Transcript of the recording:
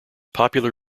popular